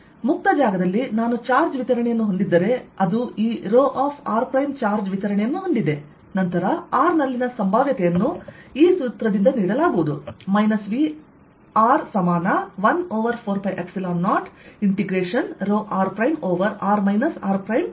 ಆದ್ದರಿಂದ ಮುಕ್ತಜಾಗದಲ್ಲಿ ನಾನು ಚಾರ್ಜ್ ವಿತರಣೆಯನ್ನು ಹೊಂದಿದ್ದರೆ ಅದು ಈ rಚಾರ್ಜ್ ವಿತರಣೆಯನ್ನು ಹೊಂದಿದೆ ನಂತರ r ನಲ್ಲಿನ ಸಂಭಾವ್ಯತೆಯನ್ನು ಈ ಸೂತ್ರದಿಂದ ನೀಡಲಾಗುವುದು V ಸಮಾನ 1ಓವರ್4π0 ಇಂಟೆಗ್ರೇಶನ್ ρrಓವರ್r r dV